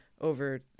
over